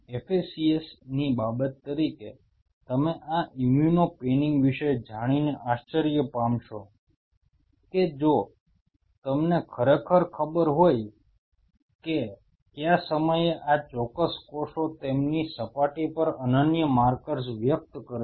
FACS ની બાબત તરીકે તમે આ ઇમ્યુનો પેનિંગ વિશે જાણીને આશ્ચર્ય પામશો કે જો તમને ખરેખર ખબર હોય કે કયા સમયે આ ચોક્કસ કોષો તેમની સપાટી પર અનન્ય માર્કર્સ વ્યક્ત કરે છે